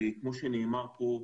כמו שנאמר פה,